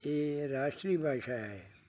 ਇਹ ਰਾਸ਼ਟਰੀ ਭਾਸ਼ਾ ਹੈ